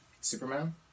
Superman